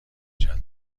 جدول